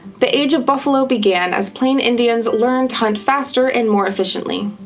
the age of buffalo began as plain indians learned to hunt faster and more efficiently.